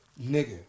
Nigga